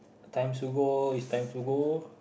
times to go it's time to go